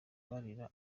barira